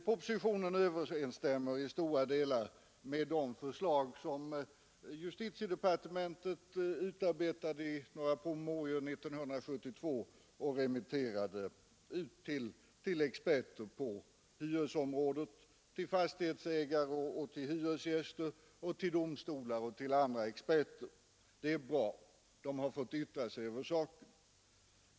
Propositionen överensstämmer i stora delar med de förslag som justitiedepartementet utarbetade i några promemorior 1972 och remitterade till experter på hyresområdet, till fastighetsägare, till hyresgäster, till domstolar och till andra experter. Det är bra. De har fått yttra sig över saken.